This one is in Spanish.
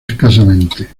escasamente